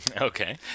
Okay